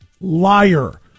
liar